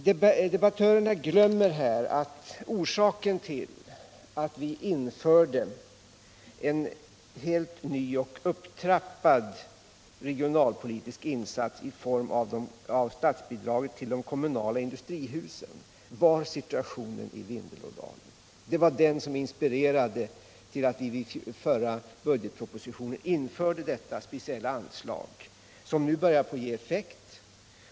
Dcebattörerna glömmer här att orsaken till att vi införde en helt ny och upptrappad regionalpolitisk insats i form av statsbidraget till de kommunala industrihusen var situationen i Vindelådalen. Den inspirerade oss till att i förra budgetpropositionen införa detta speciella anslag, som nu börjar ge effekt.